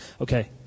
Okay